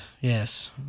Yes